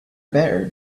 better